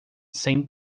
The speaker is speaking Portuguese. sem